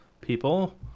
people